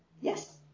Yes